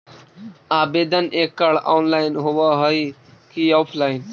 आवेदन एकड़ ऑनलाइन होव हइ की ऑफलाइन?